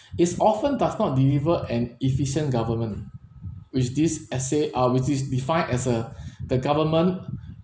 is often does not deliver an efficient government which this essay ah which is defined as uh the government